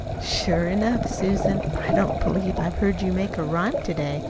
sure enough, susan! i don't believe i've heard you make a rhyme to-day,